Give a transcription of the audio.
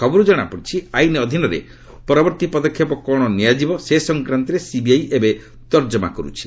ଖବରରୁ ଜଣାପଡିଛି ଆଇନ୍ ଅଧୀନରେ ପରବର୍ତ୍ତୀ ପଦକ୍ଷେପ କ'ଣ ନିଆଯିବ ସେ ସଂକ୍ରାନ୍ତରେ ସିବିଆଇ ଏବେ ବିବେଚନା କରୁଛି